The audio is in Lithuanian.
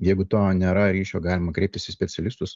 jeigu to nėra ryšio galima kreiptis į specialistus